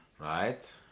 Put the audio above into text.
Right